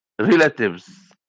relatives